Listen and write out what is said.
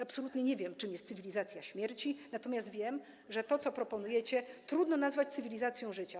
Absolutnie nie wiem, czym jest cywilizacja śmierci, natomiast wiem, że to, co proponujecie, trudno nazwać cywilizacją życia.